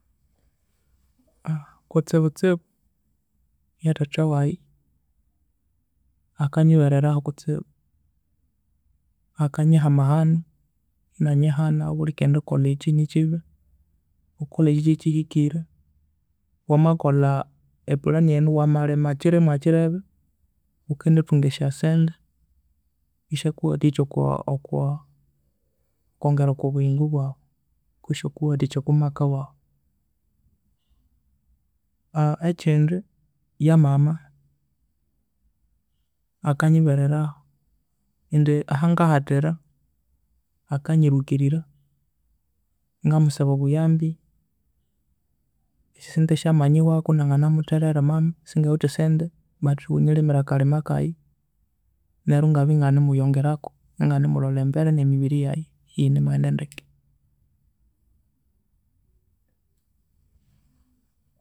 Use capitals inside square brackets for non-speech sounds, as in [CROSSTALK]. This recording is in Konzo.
[HESITATION] kutsibu kutsibu ya thatha waghe akanyiberaho kutsibu, akanyiha amahano, enanyihana ghulhekendikolha eki nikibi ghulkolhe eki kyekihikire wamakolha eplani enu wamalhima ekirimwa kirebe ghukendithunga esyo sente esyakuwathikya okwa okwa okea eryongera okwa buyingo bwaghu kutse esyakuwathikya okwa maka waghu [HESITATION] ekindi eya mama akanyibererahu indi ahangahathira akanyilhukirira ngamusaba obuyambi esyo sente sya manyihwako nganamutherera mama singawithe esyo sente but ghunyilhimire akalhima kaghe neru engabya enganimuyongeraku enganimulholha embere ne mibiri yaghe eyinimughenda ndeke.